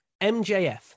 MJF